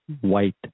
white